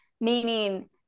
meaning